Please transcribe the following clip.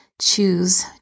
Choose